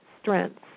strengths